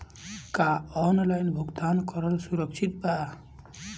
का ऑनलाइन भुगतान करल सुरक्षित बा?